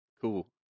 Cool